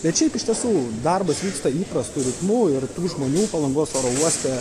bet šiaip iš tiesų darbas vyksta įprastu ritmu ir tų žmonių palangos oro uoste